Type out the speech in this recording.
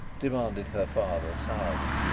demanded her father sourly.